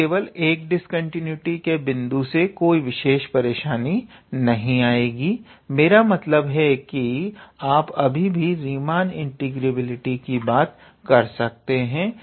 अब केवल एक डिस्कंटीन्यूटी के बिंदु से कोई विशेष परेशानी नहीं आएगी मेरा मतलब है कि आप अभी भी रीमान इंटीग्रेबिलिटी की बात कर सकते हैं